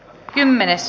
kymmenes